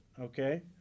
okay